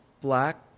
black